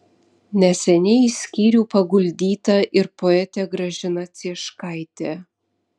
neseniai į skyrių paguldyta ir poetė gražina cieškaitė